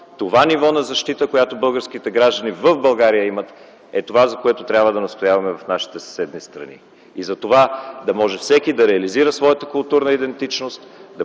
Това ниво на защита, което българските граждани в България имат е това, за което трябва да настояваме пред нашите съседни страни и за това - да може всеки да реализира своята културна идентичност,